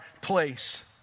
place